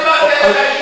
לא דיברתי עליך אישית,